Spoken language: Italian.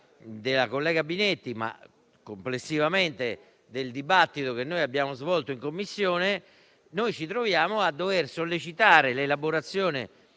della collega Binetti, ma complessivamente a seguito del dibattito che abbiamo svolto in Commissione, ci troviamo a dover sollecitare l'elaborazione